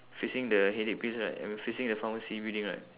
facing the headache pills right I mean facing the pharmacy building right